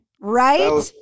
Right